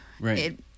right